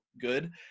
good